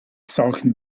solchen